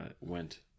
went